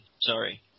sorry